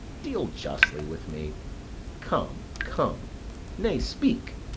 deal justly with me come, come nay, speak.